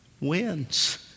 wins